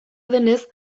denez